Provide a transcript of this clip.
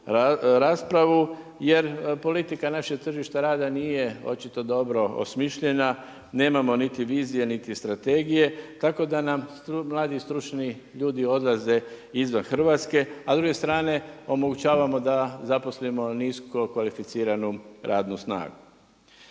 raspravu jer politika našeg tržišta rada nije očito dobro osmišljena, nemamo niti vizije niti strategije tako da nam mladi stručni ljudi odlaze izvan Hrvatske a s druge strane, omogućavamo da zaposlimo niskokvalificiranu radnu snagu.